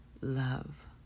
love